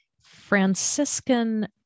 Franciscan